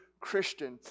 Christian